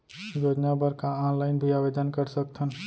योजना बर का ऑनलाइन भी आवेदन कर सकथन?